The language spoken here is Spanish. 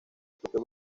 propio